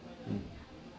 mm